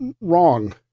wrong